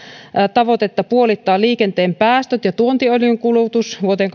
tavoitetta puolittaa liikenteen päästöt ja tuontiöljyn kulutus vuoteen